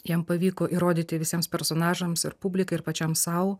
jam pavyko įrodyti visiems personažams ir publikai ir pačiam sau